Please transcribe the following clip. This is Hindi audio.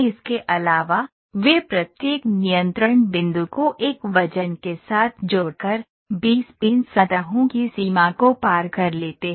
इसके अलावा वे प्रत्येक नियंत्रण बिंदु को एक वजन के साथ जोड़कर बी स्पीन सतहों की सीमा को पार कर लेते हैं